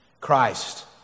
Christ